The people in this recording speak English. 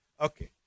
Okay